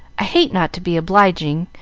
i hate not to be obliging,